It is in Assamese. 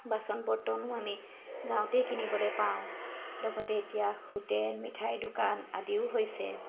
বাচন বৰ্তনো আমি গাঁৱতে কিনিবলৈ পাওঁ লগতে এতিয়া হোটেল মিঠাই দোকান আদিও হৈছে